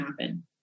happen